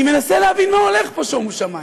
אני מנסה להבין מה הולך פה, שומו שמים.